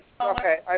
Okay